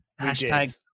Hashtag